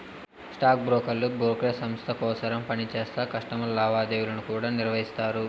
stock బ్రోకర్లు brokerage సంస్త కోసరం పనిచేస్తా కస్టమర్ల లావాదేవీలను కూడా నిర్వహిస్తారు